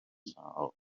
sâl